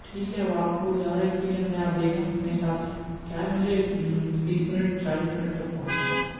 ठीक है अब आपको ज़्यादा एक्सपेरिएंस आप देखें अपने हिसाब से क्या है मुझे तीस मिनट चालीस मिनट तक पहुँचना है